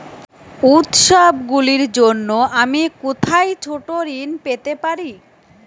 উত্সবগুলির জন্য আমি কোথায় ছোট ঋণ পেতে পারি?